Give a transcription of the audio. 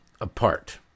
apart